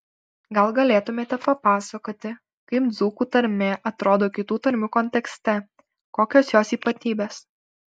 gal galėtumėte papasakoti kaip dzūkų tarmė atrodo kitų tarmių kontekste kokios jos ypatybės